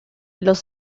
los